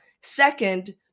Second